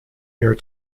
air